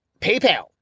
PayPal